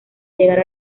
llegar